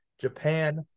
japan